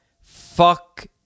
fuck